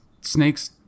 snake's